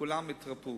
כולם התרפאו.